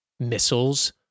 missiles